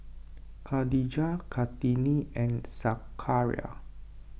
Khadija Kartini and Zakaria